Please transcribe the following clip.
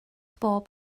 bob